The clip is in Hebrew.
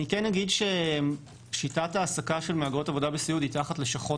אני כן אגיד ששיטת ההעסקה של מהגרות עבודה בסיעוד היא תחת לשכות